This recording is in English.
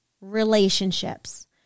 relationships